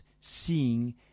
seeing